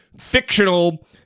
fictional